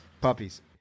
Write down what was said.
Puppies